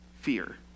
fear